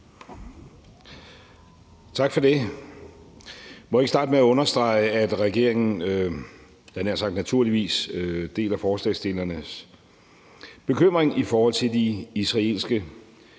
Tak for det. Må jeg ikke starte med at understrege, at regeringen naturligvis, havde jeg nær sagt, deler forslagsstillernes bekymring i forhold til de israelske